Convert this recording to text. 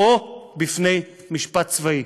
או בפני משפט צבאי.